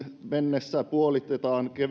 mennessä puolitetaan